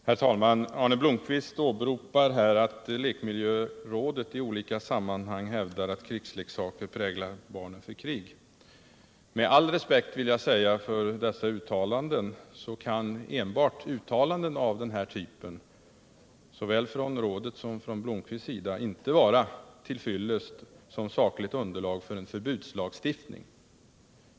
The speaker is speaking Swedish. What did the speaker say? Herr talman! Arne Blomkvist åberopar att lekmiljörådet i olika sammanhang hävdat att krigsleksaker präglar barnen vid krig. Med all respekt för dessa uttalanden vill jag säga att enbart uttalanden av den här typen såväl från lekmiljörådet som från Arne Blomkvist inte kan vara till fyllest som sakligt underlag för en förbudslagstiftning.